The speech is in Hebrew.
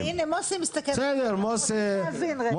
הנה מוסי מסתכל על המפה הוא רוצה להבין רגע.